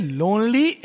lonely